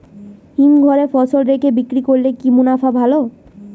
হিমঘরে ফসল রেখে বিক্রি করলে কি মুনাফা ভালো?